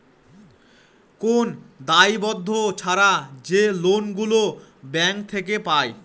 কোন দায়বদ্ধ ছাড়া যে লোন গুলো ব্যাঙ্ক থেকে পায়